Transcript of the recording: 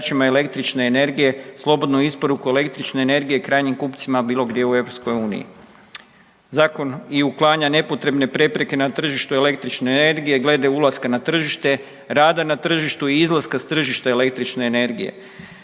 električne energije slobodnu isporuku električne energije krajnjim kupcima bilo gdje u EU. Zakon i uklanja nepotrebne prepreke na tržištu električne energije glede ulaska na tržište, rada na tržištu i izlaska s tržišta električne energije,